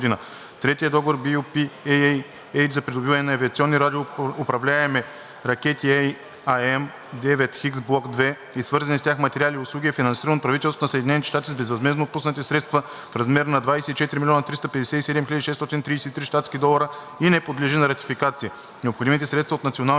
Третият договор BU-P-AAH за придобиване на авиационни управляеми ракети AIM 9X Block II и свързани с тях материали и услуги е финансиран от правителството на САЩ с безвъзмездно отпуснати средства в размер на 24 млн. 357 хил. 633 щатски долара и не подлежи на ратификация. Необходимите средства от националния